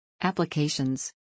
Applications